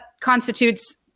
constitutes